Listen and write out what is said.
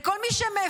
לכל מי שמפחד.